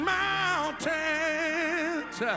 mountains